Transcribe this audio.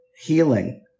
healing